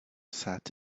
sat